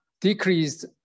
decreased